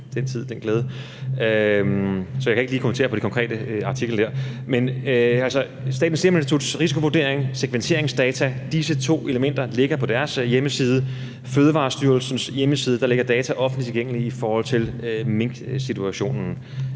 Statens Serum Instituts risikovurdering og segmenteringsdata ligger på deres hjemmeside. På Fødevarestyrelsens hjemmeside ligger data i forhold til minksituationen